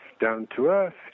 down-to-earth